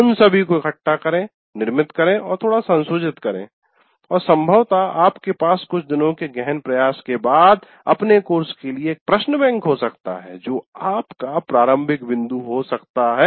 उन सभी को इकट्ठा करें निर्मित करें और थोड़ा संशोधित करें और संभवतः आपके पास कुछ दिनों के गहन प्रयास के बाद अपने कोर्स के लिए एक प्रश्न बैंक हो सकता है जो आपका प्रारंभिक बिंदु हो सकता है